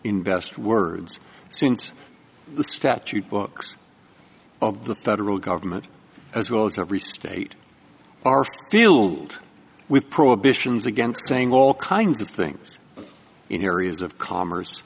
best words since the statute books of the federal government as well as every state are filled with prohibitions against saying all kinds of things in areas of commerce